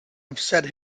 upset